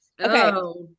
Okay